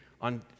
On